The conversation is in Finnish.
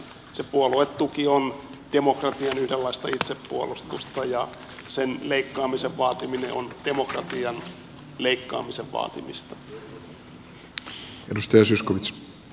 se puoluetuki on demokratian yhdenlaista itsepuolustusta ja sen leikkaamisen vaatiminen on demokratian leikkaamisen vaatimista